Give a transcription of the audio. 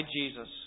Jesus